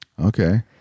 Okay